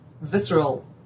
visceral